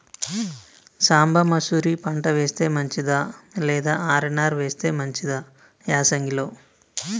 సాంబ మషూరి పంట వేస్తే మంచిదా లేదా ఆర్.ఎన్.ఆర్ వేస్తే మంచిదా యాసంగి లో?